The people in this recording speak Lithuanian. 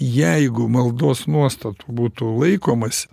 juk jeigu maldos nuostatų būtų laikomas